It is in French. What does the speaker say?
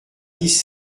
dix